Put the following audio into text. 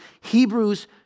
Hebrews